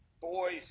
Boys